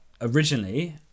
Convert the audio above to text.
originally